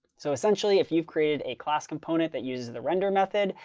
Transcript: so essentially, if you've created a class component that uses the render method,